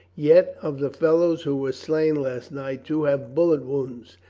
yet, of the fellows who were slain last night two have bullet wounds,